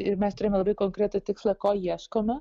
ir mes turime labai konkretų tikslą ko ieškome